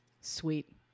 Sweet